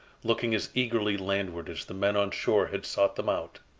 looking as eagerly landward as the men on shore had sought them out.